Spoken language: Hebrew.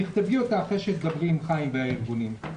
תכתבי אותה אחרי שתדברי עם היושב-ראש והארגונים.